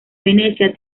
venecia